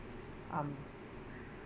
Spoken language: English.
um